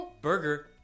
Burger